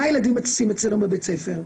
מה הילדים עושים אצלנו בבית הספר,